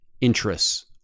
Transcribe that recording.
interests